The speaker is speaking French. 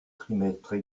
trimestres